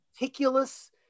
meticulous